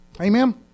Amen